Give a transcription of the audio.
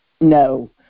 no